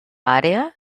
àrea